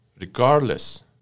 regardless